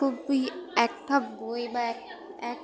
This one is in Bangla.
খুবই একটা বই বা এক এক